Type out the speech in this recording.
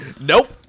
Nope